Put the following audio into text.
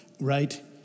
right